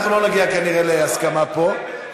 אנחנו לא נגיע כנראה להסכמה פה.